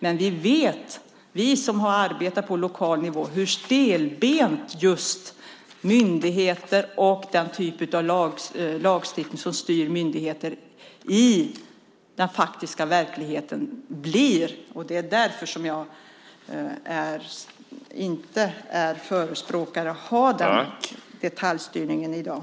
Men vi som har arbetat på lokal nivå vet hur stelbenta myndigheter och den typ av lagstiftning som styr myndigheter blir i den faktiska verkligheten. Det är därför som jag inte är någon förespråkare av den sortens detaljstyrning i dag.